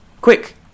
Quick